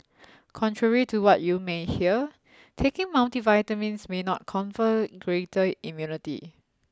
contrary to what you may hear taking multivitamins may not confer greater immunity